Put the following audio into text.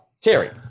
terry